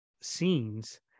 scenes